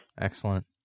Excellent